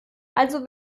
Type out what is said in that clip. also